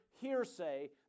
hearsay